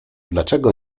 dlaczego